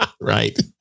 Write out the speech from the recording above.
Right